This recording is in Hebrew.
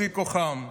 בשיא כוחם,